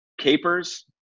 capers